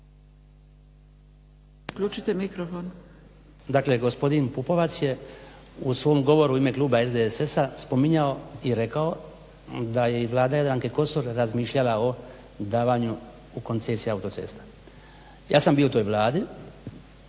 Branko (HDZ)** Dakle gospodin Pupovac je u svom govoru u ime kluba SDS-a spominjao i rekao da je i Vlada Jadranke Kosor razmišljala o davanju u koncesije autocesta. Ja sam bio u toj Vladi.